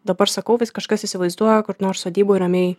dabar sakau vis kažkas įsivaizduoja kur nors sodyboj ramiai